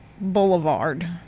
Boulevard